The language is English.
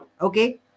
Okay